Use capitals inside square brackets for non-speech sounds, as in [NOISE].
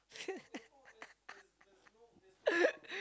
[LAUGHS]